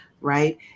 right